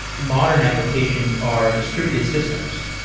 modern applications are distributed systems.